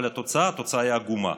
אבל התוצאה היא עגומה.